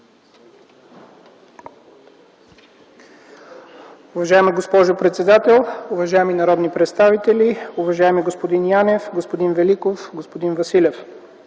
Уважаеми господин председател, уважаеми народни представители, уважаеми господин Янев, господин Великов, господин Василев!